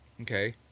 okay